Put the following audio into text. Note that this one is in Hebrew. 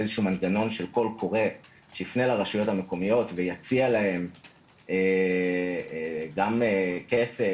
איזשהו מנגנון של קול קורא שיפנה לרשויות המקומיות ויציע להן גם כסף,